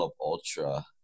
ultra